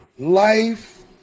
Life